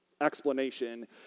explanation